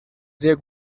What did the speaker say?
sehr